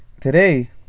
Today